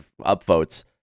upvotes